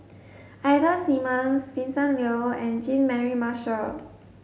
Ida Simmons Vincent Leow and Jean Mary Marshall